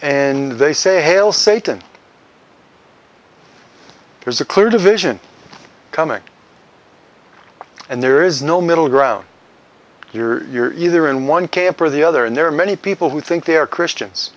and they say hail satan there's a clear division coming and there is no middle ground you're either in one camp or the other and there are many people who think they are christians